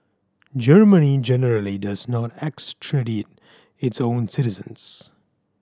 Germany generally does not extradite its own citizens